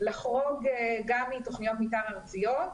לחרוג גם מתוכניות מתאר ארציות,